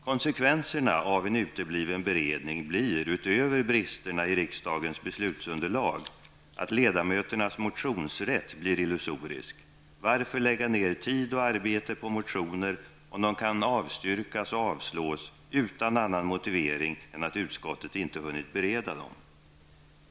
Konsekvenserna av en utebliven beredning blir, utöver bristerna i riksdagens beslutsunderlag, att ledamöternas motionsrätt blir illusorisk. Varför lägga ner tid och arbete på motioner om de kan avstyrkas och avslås utan annan motivering än att utskottet inte hunnit bereda dem?